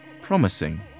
promising